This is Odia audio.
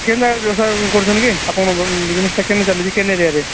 କେନ୍ ଜାଗାରେ ବ୍ୟବସାୟ କରୁଛନ୍ କି ଆପଣଙ୍କ ବିଜିନେସ୍ଟା କେନେ ଚାଲିଛି କେନ୍ ଏରିଆରେ